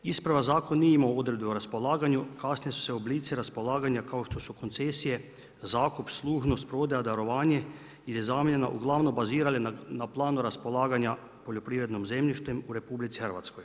Isprva zakon nije imao odredbe o raspolaganju, kasnije su se oblici raspolaganja kao što su koncesije, zakup, služnost, prodaja, darovanje ili zamjena uglavnom bazirale na planu raspolaganje poljoprivrednim zemljištem u RH.